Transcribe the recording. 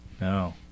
No